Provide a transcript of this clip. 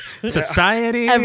society